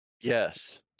Yes